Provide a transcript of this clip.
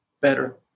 better